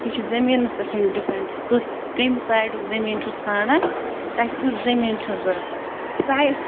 یہِ چھُ زٔمیٖنَس پٮ۪ٹھ ڈِپٮ۪نٛڈ تُہۍ کَمہِ سایڈُک زٔمیٖن چھُو ژھانٛڈان تۅہہِ کٮُ۪تھ زٔمیٖن چھَو ضروٗرت ساے